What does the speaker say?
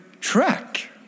track